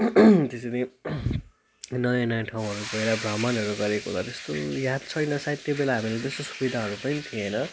त्यसरी नयाँ नयाँ ठाउँहरू गएर भ्रमणहरू गरेको भए त्यस्तो याद छैन सायद त्यो बेला हामीहरू त्यस्तो सुविधाहरू पनि थिएन